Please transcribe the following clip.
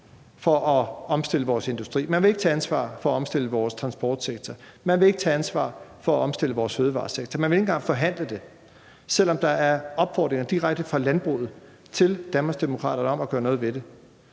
for at omstille vores industri. Man vil ikke tage ansvar for at omstille vores transportsektor. Man vil ikke tage ansvar for at omstille vores fødevaresektor. Man vil ikke engang forhandle om det, selv om der er opfordringer direkte fra landbruget til Danmarksdemokraterne om at gøre noget ved det.